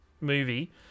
movie